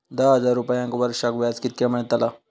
दहा हजार रुपयांक वर्षाक व्याज कितक्या मेलताला?